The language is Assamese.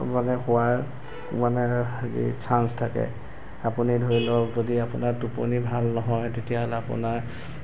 মানে হোৱাৰ মানে হেৰি চাঞ্চ থাকে আপুনি ধৰি লওক যদি আপোনাৰ টোপনি ভাল নহয় তেতিয়াহ'লে আপোনাৰ